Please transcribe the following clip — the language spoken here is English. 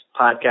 Podcast